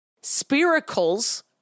spiracles